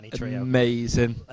amazing